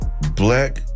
Black